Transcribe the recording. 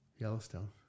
Yellowstone